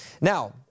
Now